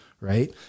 Right